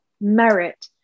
merit